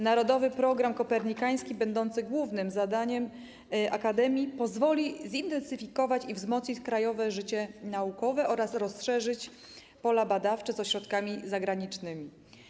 Narodowy Program Kopernikański będący głównym zadaniem akademii pozwoli zintensyfikować i wzmocnić krajowe życie naukowe oraz rozszerzyć pola badawcze z ośrodkami zagranicznymi.